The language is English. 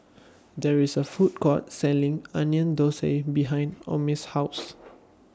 There IS A Food Court Selling Onion Thosai behind Omie's House